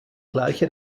gleiche